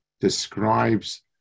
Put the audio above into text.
describes